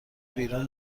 بیرون